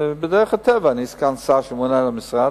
אני סגן שר שממונה על המשרד,